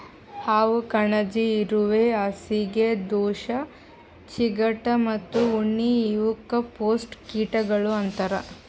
ಹಾವು, ಕಣಜಿ, ಇರುವೆ, ಹಾಸಿಗೆ ದೋಷ, ಚಿಗಟ ಮತ್ತ ಉಣ್ಣಿ ಇವುಕ್ ಪೇಸ್ಟ್ ಕೀಟಗೊಳ್ ಅಂತರ್